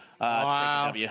Wow